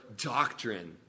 doctrine